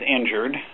injured